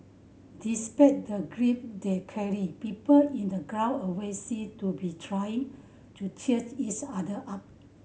despite the grief they carried people in the ground always seemed to be trying to cheers each other up